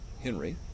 Henry